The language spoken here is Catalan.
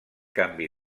canvi